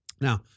Now